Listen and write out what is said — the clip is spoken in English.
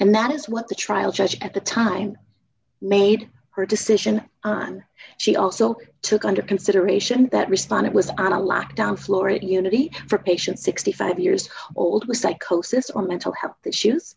and that is what the trial judge at the time made her decision on she also took under consideration that respond it was on a lack down floor at unity for patients sixty five years old with psychosis or mental health issues